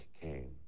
came